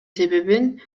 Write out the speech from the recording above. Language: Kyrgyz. себебин